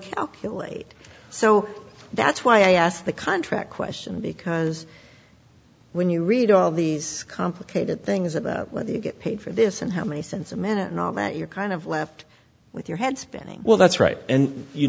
calculate so that's why i asked the contract question because when you read all these complicated things that get paid for this and how many cents a minute and all that you're kind of left with your head spinning well that's right and you